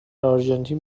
آرژانتین